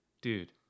dude